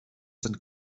sind